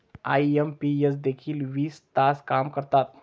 IMPS देखील वीस तास काम करतात?